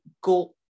go